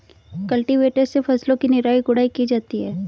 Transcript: cultivator से फसलों की निराई गुड़ाई की जाती है